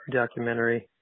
documentary